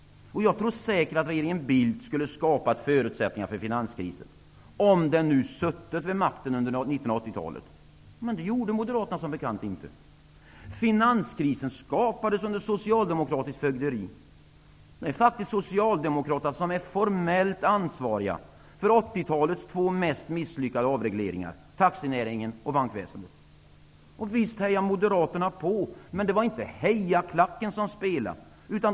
Jag tror säkert att regeringen Bildt skulle ha skapat förutsättningar för finanskrisen om den hade suttit vid makten under 80-talet, men det gjorde Moderaterna som bekant inte. Finanskrisen skapades under socialdemokratiskt fögderi. Det är faktiskt Socialdemokraterna som är formellt ansvariga för 80-talets två mest misslyckade avregleringar, taxinäringen och bankväsendet. Visst hejade Moderaterna på, men det var inte hejarklacken som spelade.